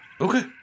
Okay